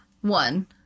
one